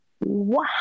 wow